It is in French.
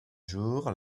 jours